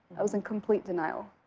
i was in complete denial.